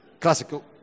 classical